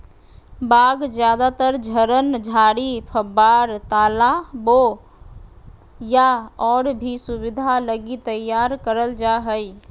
बाग ज्यादातर झरन, झाड़ी, फव्वार, तालाबो या और भी सुविधा लगी तैयार करल जा हइ